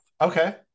Okay